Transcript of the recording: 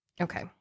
okay